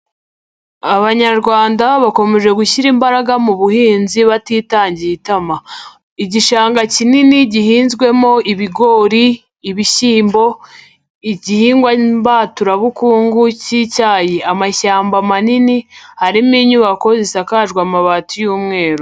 Abanyarwanda bakomeje gushyira imbaraga mu buhinzi batitangiye itama. Igishanga kinini gihinzwemo ibigori, ibishyimbo, igihingwa mbaturabukungu k'icyayi, amashyamba manini arimo inyubako zisakaje amabati y'umweru.